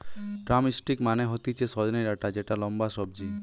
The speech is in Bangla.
ড্রামস্টিক মানে হতিছে সজনে ডাটা যেটা লম্বা সবজি